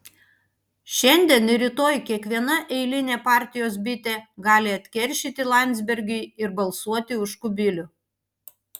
šiandien ir rytoj kiekviena eilinė partijos bitė gali atkeršyti landsbergiui ir balsuoti už kubilių